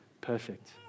perfect